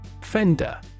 Fender